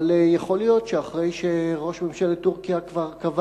אבל יכול להיות שאחרי שראש ממשלת טורקיה כבר קבע